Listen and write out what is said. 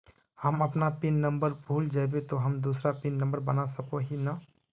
हम अपन pin number भूल जयबे ते हम दूसरा पिन नंबर बना सके है नय?